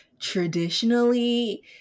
Traditionally